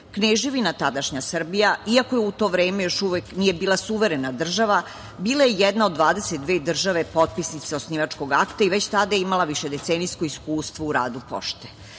Kneževina Srbija, iako u to vreme još uvek nije bila suverena država, bila je jedna od 22 države potpisnice osnivačkog akta i već tada je imala višedecenijsko iskustvo u radu pošte.